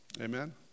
Amen